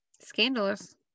Scandalous